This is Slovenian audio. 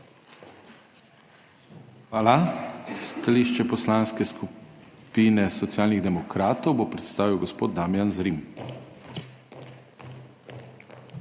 Hvala. Stališče Poslanske skupine Socialnih demokratov bo predstavil gospod Damijan Zrim.